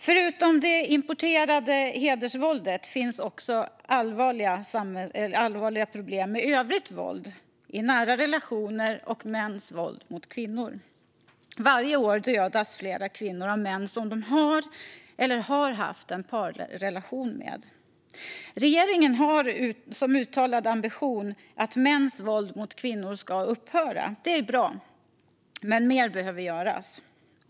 Förutom det importerade hedersvåldet finns också allvarliga problem med övrigt våld i nära relationer och mäns våld mot kvinnor. Varje år dödas flera kvinnor av män som de har eller har haft en parrelation med. Regeringen har som uttalad ambition att mäns våld mot kvinnor ska upphöra. Det är bra, men mer behöver göras.